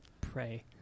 pray